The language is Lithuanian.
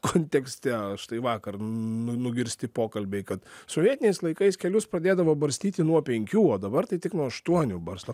kontekste štai vakar nu nugirsti pokalbiai kad sovietiniais laikais kelius pradėdavo barstyti nuo penkių o dabar tai tik nuo aštuonių barsto